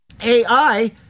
AI